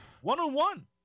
One-on-one